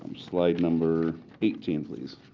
slide number eighteen, please.